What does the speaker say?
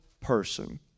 person